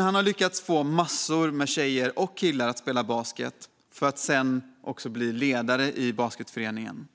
Han har lyckats få massor med tjejer och killar att spela basket och sedan också bli ledare i basketföreningen.